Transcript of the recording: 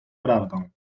prawdą